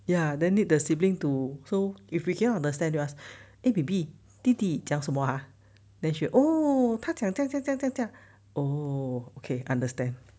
ya then need the sibling to so if we cannot understand they'll ask eh baby 弟弟讲什么啊 then she oh 他讲这样这样这样 oh okay understand